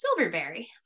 silverberry